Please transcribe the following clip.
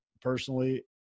personally